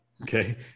Okay